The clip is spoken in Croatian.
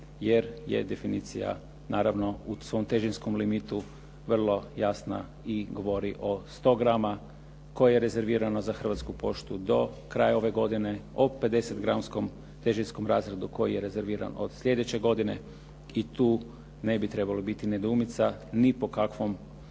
jer je definicija naravno u svom težinskom limitu vrlo jasna i govori o 100 grama koje je rezervirano za Hrvatsku poštu do kraja ove godine, o 50 gramskom težinskom razradu koji je rezerviran od sljedeće godine i tu ne bi trebalo biti nedoumica ni po kakvom,